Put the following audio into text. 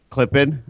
Clipping